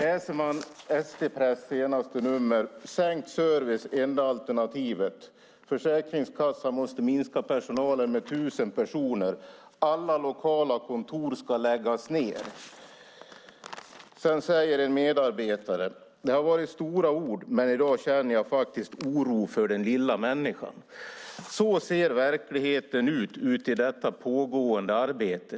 I ST Press senaste nummer står det att sänkt service är enda alternativet, att Försäkringskassan måste minska personalstyrkan med 1 000 personer och att alla lokala kontor ska läggas ned. Sedan säger en medarbetare: Det har varit stora ord, men i dag känner jag faktiskt oro för den lilla människan. Så ser verkligheten ut i detta pågående arbete.